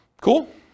Cool